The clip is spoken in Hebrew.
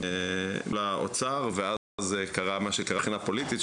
מול האוצר ואז קרה מה שקרה מבחינה פוליטית,